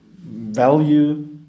value